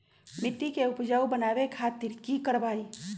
मिट्टी के उपजाऊ बनावे खातिर की करवाई?